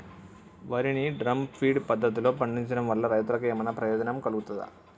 వరి ని drum feed పద్ధతిలో పండించడం వల్ల రైతులకు ఏమన్నా ప్రయోజనం కలుగుతదా?